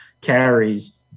carries